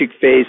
phase